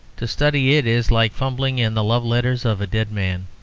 to study it is like fumbling in the love-letters of a dead man.